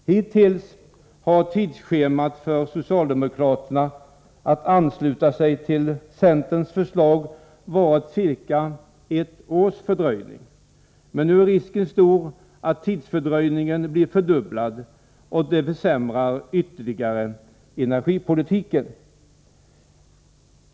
Hittills har tidsschemat för socialdemokraterna att ansluta till centerns förslag varit ca ett års fördröjning, men nu är risken stor att tidsfördröjningen blir fördubblad, och det försämrar ytterligare energipolitiken.